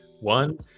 one